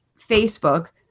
Facebook